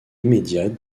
immédiate